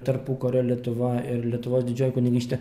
tarpukario lietuva ir lietuvos didžioji kunigaikštystė